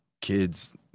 kids